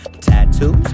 Tattoos